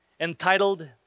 entitled